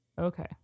Okay